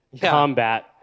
combat